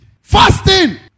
fasting